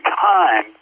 time